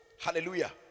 Hallelujah